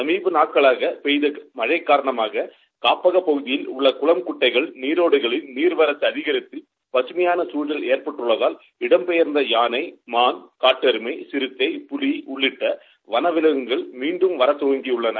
சமீப நாட்களாக பெய்த மழை காரணமாக காப்பக பகுதியில் உள்ள குளம் குட்டைகள் நீரோடைகளில் நீர் வாத்து அகிஜித்து பகமையான சூழல் எற்பட்டுள்ளதால் இடம்பெயர்ந்த மான் யானை காட்டு எருமை சிறுத்தை புலி உள்ளிட்ட வள விலங்குகள் மீண்டும் வர தொடங்கி உள்ளன